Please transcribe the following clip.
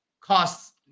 costs